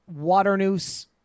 Waternoose